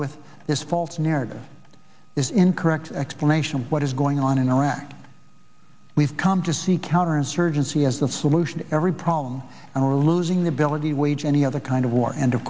with is false narrative is incorrect explanation of what is going on in iraq we've come to see counter insurgency as the solution to every problem and we're losing the ability to wage any other kind of war and